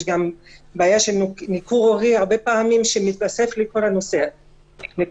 יש גם בעיה של ניכור הורי הרבה פעמים שמתווסף לכל הנושא הזה.